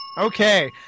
Okay